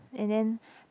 and then